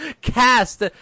cast